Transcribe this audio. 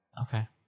Okay